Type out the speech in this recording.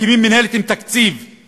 מקימים מינהלת עם תקציב,